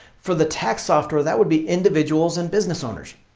for the tax software, that would be individuals and business owners.